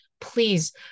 please